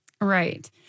Right